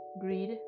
greed